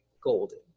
golden